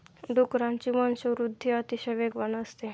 डुकरांची वंशवृद्धि अतिशय वेगवान असते